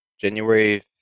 January